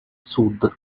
sud